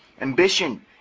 ambition